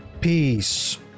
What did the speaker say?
Peace